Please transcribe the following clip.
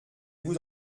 vous